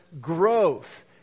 growth